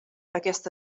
aquest